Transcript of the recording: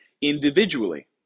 individually